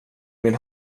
min